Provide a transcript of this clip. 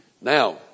Now